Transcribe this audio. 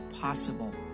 possible